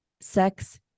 Sex